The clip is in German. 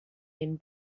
den